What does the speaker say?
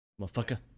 Motherfucker